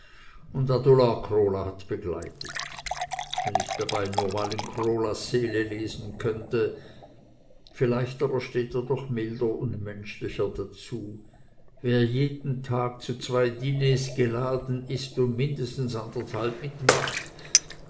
und adolar krola hat begleitet wenn ich dabei nur mal in krolas seele lesen könnte vielleicht aber steht er doch milder und menschlicher dazu wer jeden tag zu zwei diners geladen ist und mindestens anderthalb mitmacht